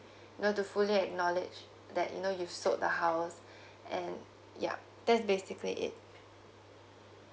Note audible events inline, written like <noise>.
<breath> you know to fully acknowledge that you know you sold the house <breath> and yup that's basically it